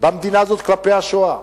במדינה הזאת כלפי השואה,